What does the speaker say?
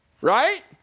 right